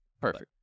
Perfect